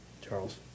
Charles